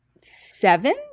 seven